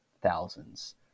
thousands